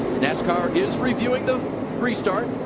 nascar is reviewing the restart.